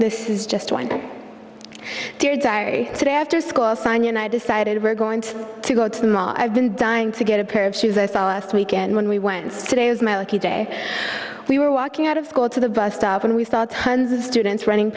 this is just one dear diary today after school and i decided we're going to go to the mall i've been dying to get a pair of shoes i saw last weekend when we went it's today is my lucky day we were walking out of school to the bus stop and we saw tons of students running